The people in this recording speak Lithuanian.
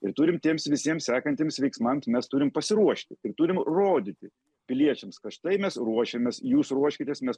ir turim tiems visiems sekantiems veiksmams mes turim pasiruošti ir turim rodyti piliečiams kad štai mes ruošiamės jūs ruoškitės mes